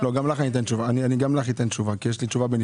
גם לך אתן תשובה, בנפרד.